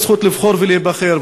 הזכות לבחור ולהיבחר.